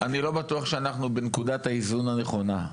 אני לא בטוח שאנחנו בנקודת האיזון הנכונה.